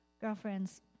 Girlfriends